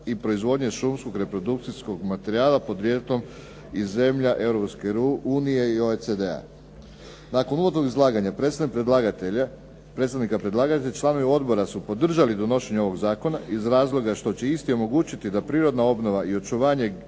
i proizvodnju šumskog reprodukcijskog materijala podrijetlom iz zemlja Europske unije i OECD-a. Nakon uvodnog izlaganja predstavnika predlaganja članovi odbora su podržali donošenje ovog zakona iz razloga što će isti omogućiti da prirodna obnova i očuvanje